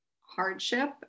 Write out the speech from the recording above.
hardship